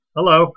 Hello